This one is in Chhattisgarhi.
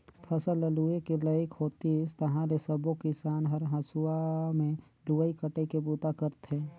फसल ल लूए के लइक होतिस ताहाँले सबो किसान हर हंसुआ में लुवई कटई के बूता करथे